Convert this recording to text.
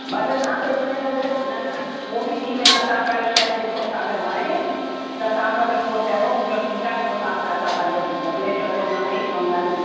भले तव्हांखे जीअं लॻे न न पोइ बि थी वेंदा तव्हां पहिरियों शइ ॾिसो तव्हांखे वणे त तव्हां भले पोइ चयो मूंखे ठीकु आहे पोइ तव्हां पैसा भले मोकिले छॾिजो हुन में ई ऑनलाइन